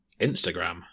Instagram